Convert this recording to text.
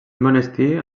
monestir